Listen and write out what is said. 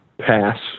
Pass